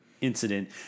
incident